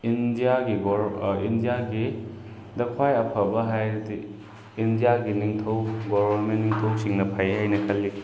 ꯏꯟꯗꯤꯌꯥꯒꯤ ꯏꯟꯗꯤꯌꯥꯒꯤꯗ ꯈ꯭ꯋꯥꯏ ꯑꯐꯕ ꯍꯥꯏꯔꯗꯤ ꯏꯟꯗꯤꯌꯥꯒꯤ ꯅꯤꯡꯊꯧ ꯒꯣꯔꯣꯃꯦꯟ ꯅꯤꯡꯊꯧꯁꯤꯡꯅ ꯐꯩ ꯍꯥꯏꯅ ꯈꯜꯂꯤ